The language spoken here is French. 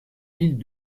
villes